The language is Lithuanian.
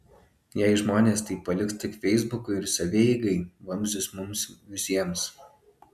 jei žmonės tai paliks tik feisbukui ir savieigai vamzdis mums visiems